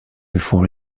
before